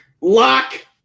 Lock